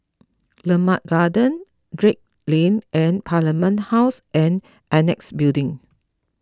Limau Garden Drake Lane and Parliament House and Annexe Building